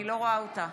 נגד ווליד טאהא,